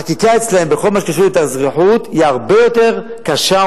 החקיקה אצלן בכל מה שקשור להתאזרחות היא הרבה יותר קשה,